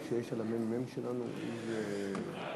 בבקשה.